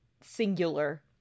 singular